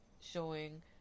showing